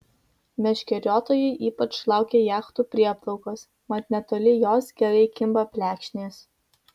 meškeriotojai ypač laukia jachtų prieplaukos mat netoli jos gerai kimba plekšnės